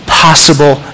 possible